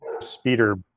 speeder